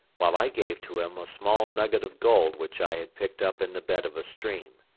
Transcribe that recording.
while i gave to him a small nugget of gold which i had picked up in the bed of a stream.